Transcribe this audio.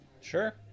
Sure